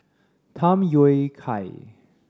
Tham Yui Kai